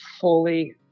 fully